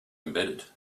embedded